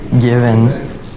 Given